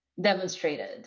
demonstrated